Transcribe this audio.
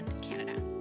Canada